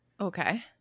Okay